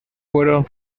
fueron